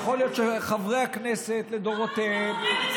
יכול להיות שחברי הכנסת לדורותיהם,